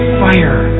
fire